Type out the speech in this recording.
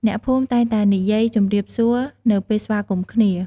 អ្នកភូមិតែងតែនិយាយ ជំរាបសួរ នៅពេលស្វាគមន៍គ្នា។